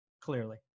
clearly